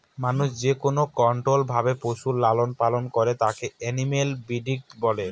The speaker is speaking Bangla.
মানুষ যেকোনো কন্ট্রোল্ড ভাবে পশুর লালন পালন করে তাকে এনিম্যাল ব্রিডিং বলে